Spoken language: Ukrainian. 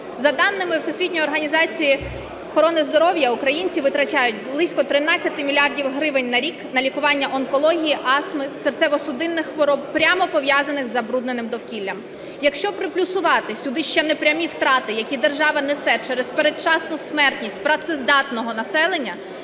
За даними Всесвітньої організації охорони здоров'я, українці витрачають близько 13 мільярдів гривень на рік на лікування онкології, астми, серцево-судинних хвороб, прямо пов'язаних із забрудненим довкіллям. Якщо приплюсувати сюди ще непрямі втрати, які держава несе через передчасну смертність працездатного населення